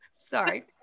Sorry